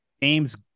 James